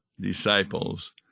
disciples